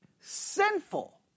sinful